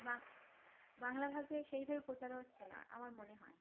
বাং বাংলা ভাবেবে সেইভাবে প্রচার হচ্ছে না আমার মনে হয়